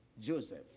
Joseph